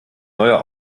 neuer